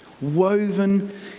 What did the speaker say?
woven